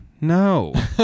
No